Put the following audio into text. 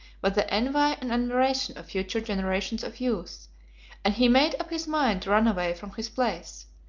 but the envy and admiration of future generations of youths and he made up his mind to run away from his place.